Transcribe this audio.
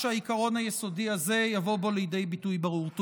שהעיקרון היסודי הזה יבוא בו לידי ביטוי ברור.